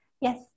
Yes